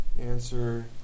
Answer